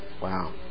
Wow